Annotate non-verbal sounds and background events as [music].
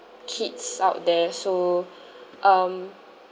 kids [noise] out there so [breath] um